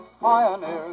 Pioneers